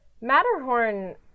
matterhorn